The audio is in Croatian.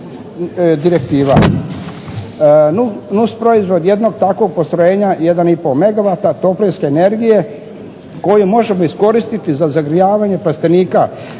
direktiva. Nus proizvod jednog takvog postrojenja 1 i pol megavata toplinske energije koju možemo iskoristiti za zagrijavanje plastenika.